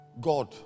God